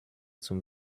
zum